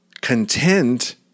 content